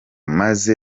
maze